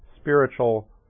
spiritual